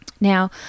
Now